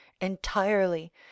entirely